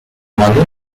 مالی